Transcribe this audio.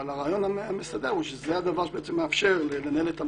אבל הרעיון המסדר הוא שזה הדבר שמאפשר לנהל את המודל,